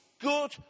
good